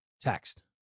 text